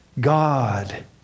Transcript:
God